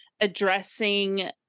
addressing